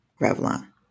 Revlon